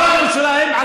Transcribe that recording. תומך בטרור?